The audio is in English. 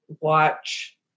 watch